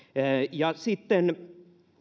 sitten